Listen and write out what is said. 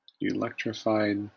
Electrified